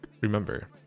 remember